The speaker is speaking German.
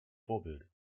vorbild